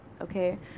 okay